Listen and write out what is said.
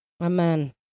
Amen